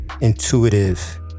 intuitive